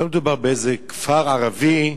לא מדובר באיזה כפר ערבי,